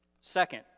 Second